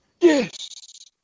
Yes